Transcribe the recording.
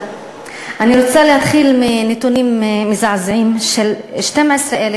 אני רוצה להתחיל מנתונים מזעזעים של 12,000